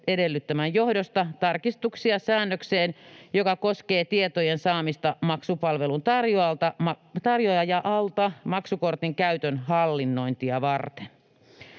edellyttämän johdosta tarkistuksia säännökseen, joka koskee tietojen saamista maksupalvelun tarjoajalta maksukortin käytön hallinnointia varten.